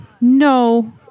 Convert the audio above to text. no